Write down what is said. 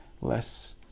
less